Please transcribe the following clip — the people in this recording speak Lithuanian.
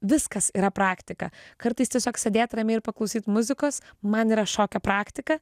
viskas yra praktika kartais tiesiog sėdėt ramiai ir paklausyt muzikos man yra šokio praktika